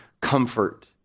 comfort